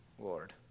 Lord